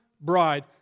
bride